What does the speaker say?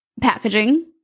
packaging